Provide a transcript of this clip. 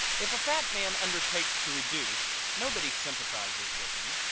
if a fat man undertakes to reduce nobody sympathizes with him.